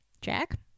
Jack